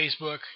Facebook